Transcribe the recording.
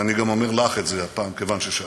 ואני גם אומר לך את זה הפעם, כיוון ששאלת.